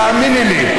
תאמיני לי,